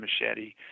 machete